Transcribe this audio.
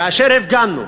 כאשר הפגנו,